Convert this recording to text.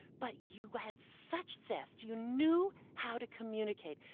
but you had such zest. you knew how to communicate.